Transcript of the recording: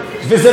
כי עובדה,